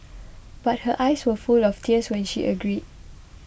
but her eyes were full of tears when she agreed